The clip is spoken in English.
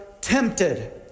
tempted